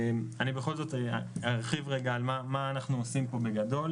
אני בכל זאת ארחיב ואומר מה בגדול נחנו עושים כאן.